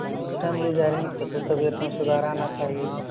time to time ली जा रहे हैं फिर तो तबीयत में सुधार आना चाहिए